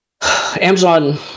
amazon